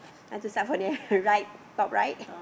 want to start from the right top right